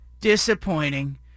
disappointing